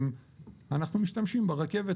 אנחנו משתמשים ברכבת.